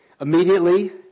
Immediately